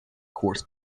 course